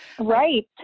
Right